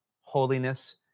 holiness